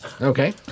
Okay